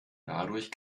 dadurch